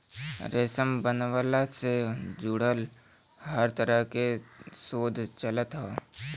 रेशम बनवला से जुड़ल हर तरह के शोध चलत हौ